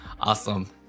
Awesome